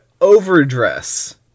Overdress